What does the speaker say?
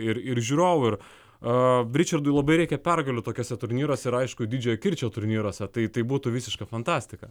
ir ir žiūrovų ričiardui labai reikia pergalių tokiuose turnyruose ir aišku didžiojo kirčio turnyruose tai tai būtų visiška fantastika